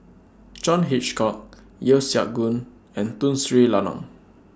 John Hitchcock Yeo Siak Goon and Tun Sri Lanang